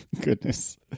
goodness